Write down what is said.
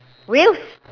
Wales